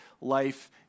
life